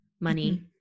money